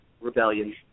rebellion